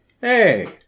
Hey